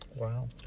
Wow